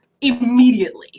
immediately